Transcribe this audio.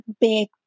big